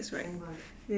morning glory ah